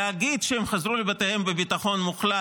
להגיד שהם חזרו לבתיהם בביטחון מוחלט,